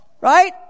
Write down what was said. Right